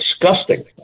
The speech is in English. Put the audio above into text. disgusting